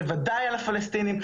בוודאי על הפלסטינים,